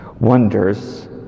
wonders